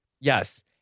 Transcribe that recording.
yes